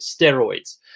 steroids